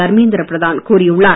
தர்மேந்திர பிரதான் கூறியுள்ளார்